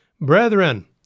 Brethren